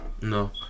No